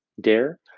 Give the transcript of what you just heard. dare